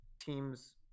teams